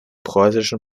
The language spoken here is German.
preußischen